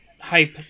hype